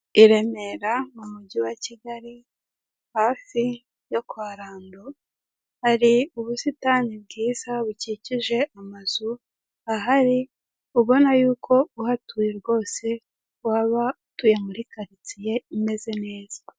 Iremera mu mujyi wa kigali hafi yo kwa rando hari ubusitani bwiza bukikije amazu ahari, ubona yuko uhatuye rwose waba utuye muri karitsiye imeze neza.